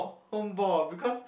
home ball ah because